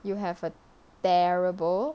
you have a terrible